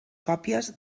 còpies